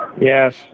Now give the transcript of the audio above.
yes